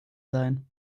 sein